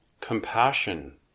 compassion